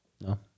No